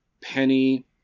Penny